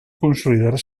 consolidar